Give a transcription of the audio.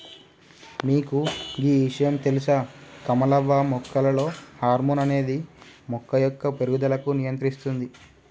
మీకు గీ ఇషయాం తెలుస కమలవ్వ మొక్కలలో హార్మోన్ అనేది మొక్క యొక్క పేరుగుదలకు నియంత్రిస్తుంది